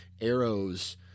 Arrows